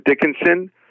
dickinson